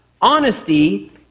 Honesty